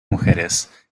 mujeres